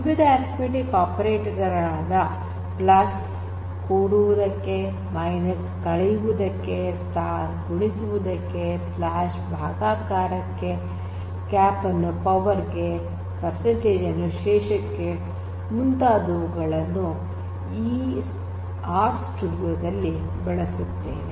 ವಿವಿಧ arithmetic operator ಗಳಾದ plus ಅನ್ನು ಕೂಡುವುದಕ್ಕೆ ಮೈನಸ್ ಅನ್ನು ಕಳೆಯುವುದಕ್ಕೆ ಸ್ಟಾರ್ ಅನ್ನು ಗುಣಿಸುವುದಕ್ಕೆ ಸ್ಲ್ಯಾಷ್ ಅನ್ನು ಭಾಗಾಕಾರಕ್ಕೆ ಕ್ಯಾಪ್ ಅನ್ನು ಪವರ್ ಗೆ ಪರ್ಸೆಂಟೇಜ್ ಅನ್ನು ಶೇಷಕ್ಕೆ ಮುಂತಾದವುಗಳನ್ನು ಆರ್ ಸ್ಟುಡಿಯೋ ದಲ್ಲಿ ಬಳಸುತ್ತೇವೆ